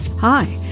Hi